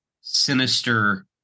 sinister